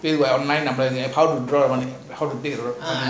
online how to draw how to take a